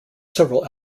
several